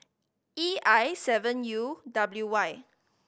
E I seven U W Y